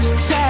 Sad